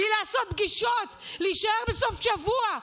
בלי לעשות פגישות, להישאר בסוף שבוע,